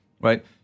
right